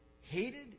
hated